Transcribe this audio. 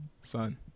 son